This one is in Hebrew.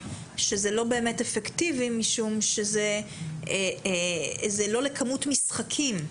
שזה לא באמת אפקטיבי משום שזה לא לכמות משחקים.